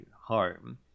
home